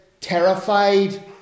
terrified